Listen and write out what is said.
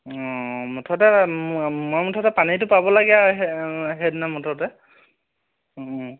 মুঠতে মই মুঠতে পানীটো পাব লাগে আৰু সে সেইদিনা মুঠতে